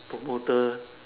promoter